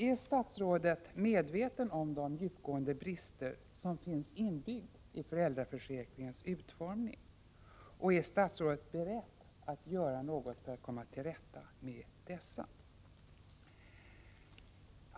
Är statsrådet medveten om de djupgående brister som finns inbyggda i föräldraförsäkringens utformning? Är statsrådet beredd att göra något för att komma till rätta med dessa?